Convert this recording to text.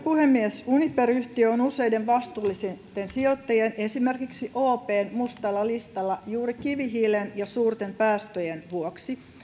puhemies uniper yhtiö on useiden vastuullisten sijoittajien esimerkiksi opn mustalla listalla juuri kivihiilen ja suurten päästöjen vuoksi